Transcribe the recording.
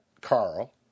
Carl